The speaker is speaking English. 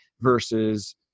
versus